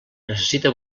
necessita